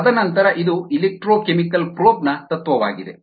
ತದನಂತರ ಇದು electrochemical probe ನ ತತ್ವವಾಗಿದೆ